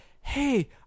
hey